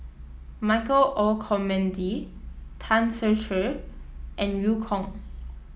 Michael Olcomendy Tan Ser Cher and Eu Kong